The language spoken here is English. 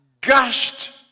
gushed